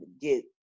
get